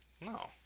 No